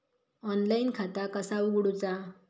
Online खाता कसा उगडूचा?